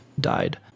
died